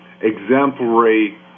exemplary